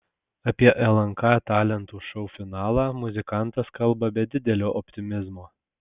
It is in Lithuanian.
apie lnk talentų šou finalą muzikantas kalba be didelio optimizmo